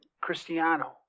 Cristiano